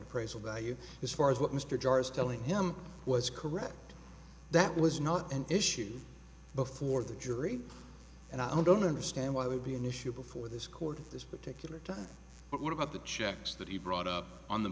of value as far as what mr jarvis telling him was correct that was not an issue before the jury and i don't understand why would be an issue before this court of this particular time but what about the checks that he brought up on the